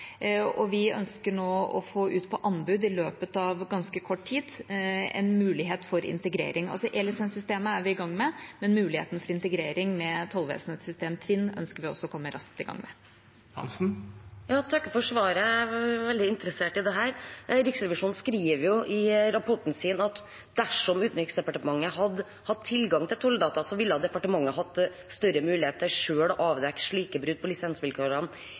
og vi ønsker nå å få ut på anbud i løpet av ganske kort tid en mulighet for integrering. E-lisenssystemet er vi i gang med, men muligheten for integrering med tolletatens system TVINN ønsker vi også å komme raskt i gang med. Jeg takker for svaret; jeg er veldig interessert i dette. Riksrevisjonen skriver i rapporten sin at dersom Utenriksdepartementet hadde hatt tilgang til tolldata, ville departementet hatt større mulighet til selv å avdekke slike brudd på lisensvilkårene.